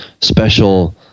special